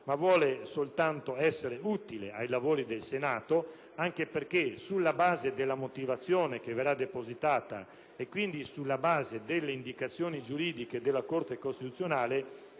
ma vuole soltanto essere utile ai lavori del Senato, anche perché sulla base della motivazione che verrà depositata, e quindi sulla base delle indicazioni giuridiche della Corte costituzionale,